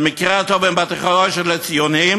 במקרה הטוב הם בתי-חרושת לציונים,